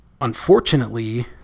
Unfortunately